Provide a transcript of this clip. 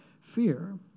fear